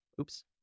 Oops